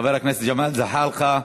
חבר הכנסת ג'מאל זחאלקה.